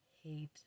hate